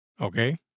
Okay